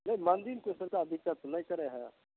नहि मन्दिरके तऽ कोइ दिक्कत नहि करै हइ